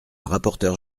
rapporteure